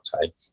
take